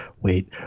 wait